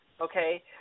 okay